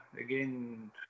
again